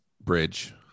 bridge